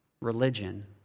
religion